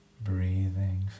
breathing